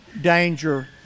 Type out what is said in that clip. danger